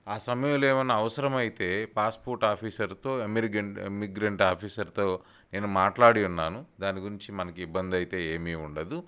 ఆ సమయంలో ఏమన్నా అవసరం అయితే పాస్పోర్ట్ ఆఫీసర్తో ఎమిర్గెంట్ ఇమిగ్రెంట్ ఆఫీసర్తో నేను మాట్లాడి ఉన్నాను దాని గురించి మనకి ఇబ్బంది అయితే ఏమీ ఉండదు